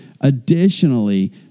Additionally